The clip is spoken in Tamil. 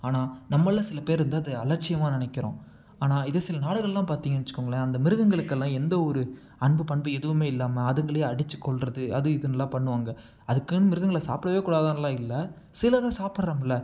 ஆனால் நம்மளில் சில பேர் வந்து அது அலட்சியமாக நினைக்கிறோம் ஆனால் இதே சில நாடுகளெலாம் பார்த்தீங்கன் வச்சுக்கோங்களேன் அந்த மிருகங்களுக்கெல்லாம் எந்த ஒரு அன்பு பண்பு எதுவுமே இல்லாமல் அதுங்களே அடித்து கொல்கிறது அது இதுன்லாம் பண்ணுவாங்க அதுக்குன்னு மிருகங்களை சாப்பிடவே கூடாதுன்லாம் இல்லை சிலதும் சாப்பிட்றோமுல்ல